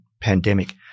pandemic